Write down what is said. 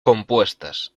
compuestas